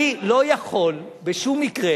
אני לא יכול בשום מקרה